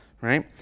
right